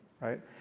right